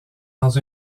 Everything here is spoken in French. dans